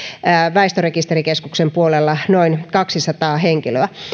väestörekisterikeskuksen puolella noin kaksisataa henkilöä